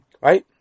Right